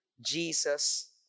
Jesus